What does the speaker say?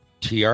TR